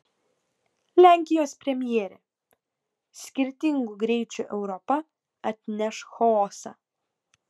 lenkijos premjerė skirtingų greičių europa atneš chaosą